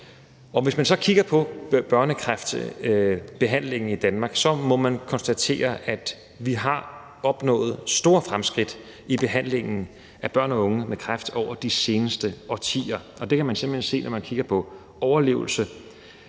Hvis man så kigger på børnekræftbehandlingen i Danmark, må man konstatere, at vi har opnået store fremskridt i behandlingen af børn og unge med kræft over de seneste årtier, og det kan man simpelt hen se, når man kigger på overlevelsen.